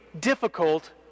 difficult